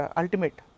ultimate